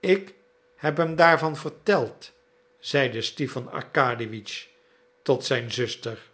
ik heb hem daarvan verteld zeide stipan arkadiewitsch tot zijn zuster